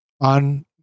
on